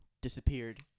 disappeared